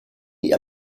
ihr